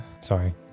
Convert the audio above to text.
Sorry